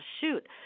shoot